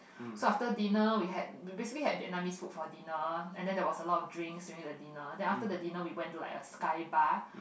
so after dinner we had we basically had Vietnamese food for dinner and then there was a lot of drinks during the dinner then after the dinner we went to like a sky bar